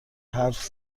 حرف